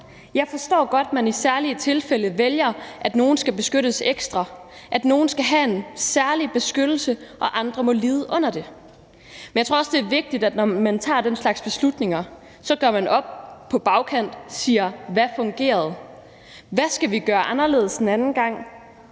Jeg forstår godt, at man i særlige tilfælde vælger, at nogle skal beskyttes ekstra, at nogle skal have en særlig beskyttelse, og at andre må lide under det. Men jeg tror også, det er vigtigt, at når man tager den slags beslutninger, gør man det op på bagkant og siger: Hvad fungerede? Hvad skal vi gøre anderledes en anden gang?